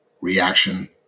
reaction